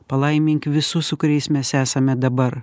palaimink visus su kuriais mes esame dabar